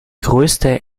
größte